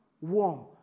warm